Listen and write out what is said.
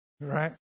right